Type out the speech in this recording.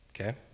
Okay